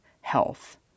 health